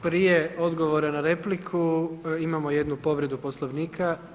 Prije odgovora na repliku, imamo jednu povredu Poslovnika.